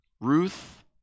Ruth